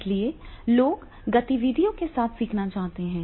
इसलिए लोग गतिविधियों के साथ सीखते हैं